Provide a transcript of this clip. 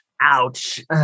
Ouch